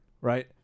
right